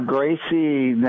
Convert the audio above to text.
Gracie